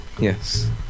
Yes